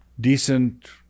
decent